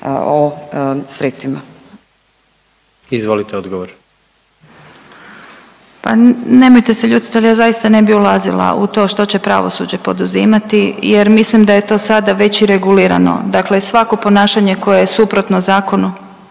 odgovor. **Bubaš, Marija** Pa nemojte se ljutit, ali ja zaista ne bi ulazila u to što će pravosuđe poduzimati jer mislim da je to sada već i regulirano. Dakle, svako ponašanje koje je suprotno zakonu